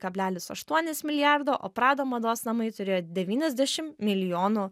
kablelis aštuonis milijardo o prada mados namai turėjo devyniasdešim milijonų